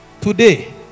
Today